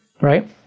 right